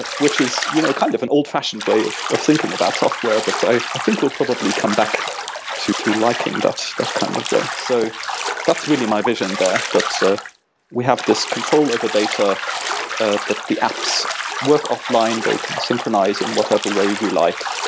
ah which is you know kind of an old fashioned way of of thinking about software. but i think we'll probably come back to to liking that kind of way so that's really my vision there, that ah we have this control over data ah that the apps work offline, they can synchronize in whatever way we like.